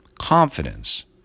confidence